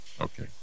Okay